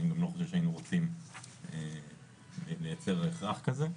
אני גם לא חושב שהיינו רוצים לייצר הכרח כזה,